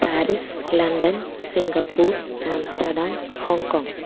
Paris London Singapore Amsterdam Hong Kong